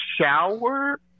shower